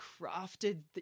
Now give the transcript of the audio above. crafted